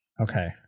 Okay